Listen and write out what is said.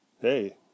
Hey